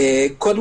ראשית,